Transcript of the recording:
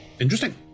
Interesting